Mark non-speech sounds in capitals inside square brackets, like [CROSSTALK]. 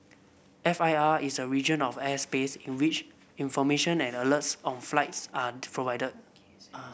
F I R is a region of airspace in which information and alerts on flights are [UNINTELLIGIBLE]